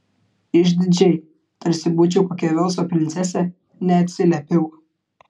išdidžiai tarsi būčiau kokia velso princesė neatsiliepiau